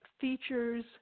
features